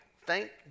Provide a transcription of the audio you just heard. thank